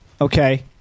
Okay